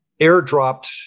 airdropped